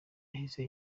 yahise